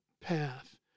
path